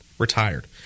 retired